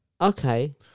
Okay